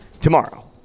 tomorrow